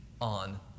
on